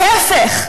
להפך.